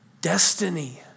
destiny